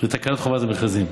לתקנות חובת המכרזים.